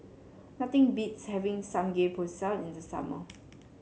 nothing beats having Samgeyopsal in the summer